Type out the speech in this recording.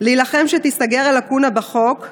להילחם שתיסגר הלקונה בחוק,